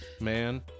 Man